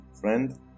friend